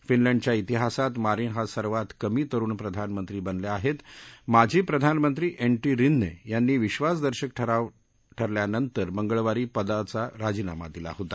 फिनलँडच्या तिहासात मारिन या सर्वात कमी तरुण प्रधानमंत्री बनल्या आहस्त माजी प्रधानमंत्री ऐटी रिन्नड्रांनी विधासदर्शक ठराव ठरल्यानंतर मंगळवारी पदाचा राजीनामा दिला होता